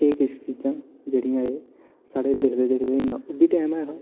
एह् किश चीजां जेह्ड़ियां एह् साढ़े दिक्खदे दिक्खदे होइयां ओह् बी टैम ऐ हा